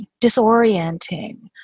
disorienting